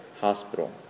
hospital